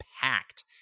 packed